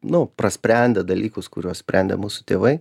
nu prasprendę dalykus kuriuos sprendė mūsų tėvai